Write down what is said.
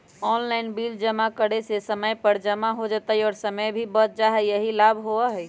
Online bill जमा करे से समय पर जमा हो जतई और समय भी बच जाहई यही लाभ होहई?